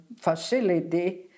facility